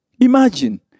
Imagine